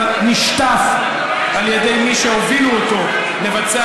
אבל נשטף על ידי מי שהובילו אותו לבצע